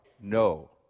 no